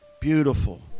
Beautiful